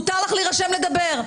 מותר לך להירשם לדבר.